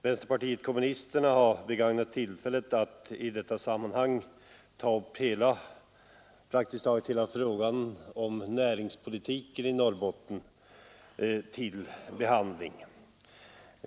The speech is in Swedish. Vänsterpartiet kommunisterna har begagnat tillfället att i det sammanhanget ta upp praktiskt taget hela frågan om näringspolitiken i Norrbotten till behandling.